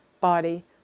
body